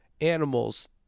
animals